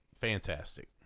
Fantastic